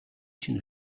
чинь